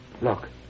look